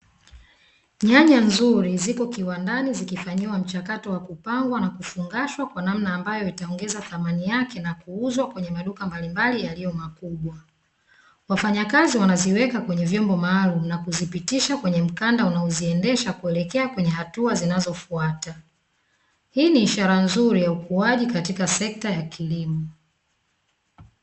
Nyanya zuri zipo kiwandani kwaajili ya kufungashwa kwa namna nzuri, ambayo itaongeza thamani yake kuuzwa kwenye maduka mbalimbali ,yaliyo makubwa wafanyakazi, wakiziweka kwenye vyombo maalumu na kuzipitisha kwenye mkanda na kuziendesha kwenye hatua zinazofata hii ishara nzuri katika ukuaji wa sekta ya kilimo.